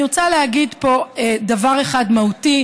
אני רוצה להגיד פה דבר אחד מהותי,